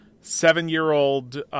seven-year-old